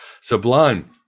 sublime